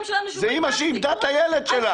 --- זו אמא שאיבדה את הילד שלה.